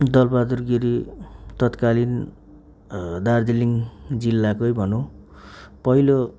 दल बहादुर गिरी तत्कालिन दार्जिलिङ जिल्लाकै भनौँ पहिलो